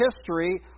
history